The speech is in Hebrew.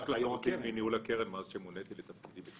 גם היום יש -- התנתקתי מניהול הקרן מאז שמוניתי לתפקידי.